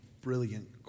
brilliant